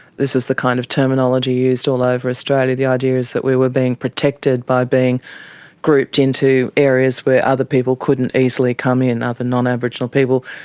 this is the kind of terminology used all over australia. the idea is that we were being protected by being grouped into areas where other people couldn't easily come in, other non-aboriginal people.